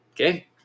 Okay